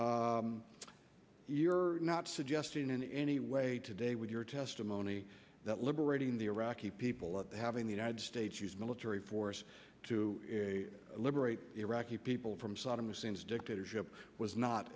you're not suggesting in any way today with your testimony that liberating the iraqi people of having the united states use military force to liberate iraqi people from saddam hussein's dictatorship was not